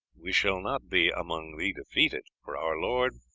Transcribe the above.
we shall not be among the defeated for our lord,